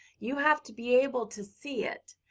you have to be able to see it.